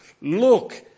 look